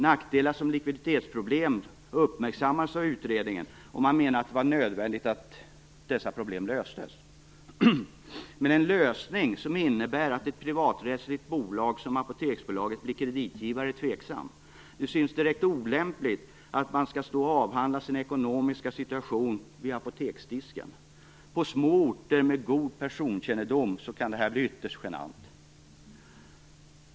Nackdelar som likviditetsproblem uppmärksammades av utredningen, och man menade att det var nödvändigt att dessa problem löstes. Men en lösning som innebär att ett privaträttsligt bolag som Apoteksbolaget blir kreditgivare är tveksam. Det synes ju direkt olämpligt att man skall stå och avhandla sin ekonomiska situation vid apoteksdisken. På små orter med god personkännedom kan detta bli ytterst genant.